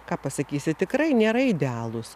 ką pasakysi tikrai nėra idealūs